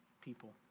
people